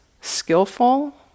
skillful